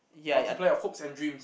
multiply your hopes and dreams